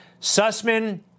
Sussman